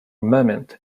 moment